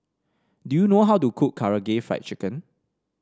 do you know how to cook Karaage Fried Chicken